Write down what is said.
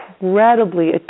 incredibly